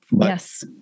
Yes